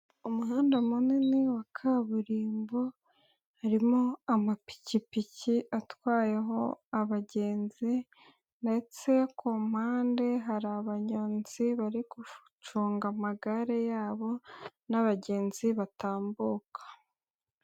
Umuhanda munini wa kaburimbo harimo amapikipiki atwayeho abagenzi ndetse ku mpande hari abanyonzi bari gucunga amagare yabo n'abagenzi batambuka.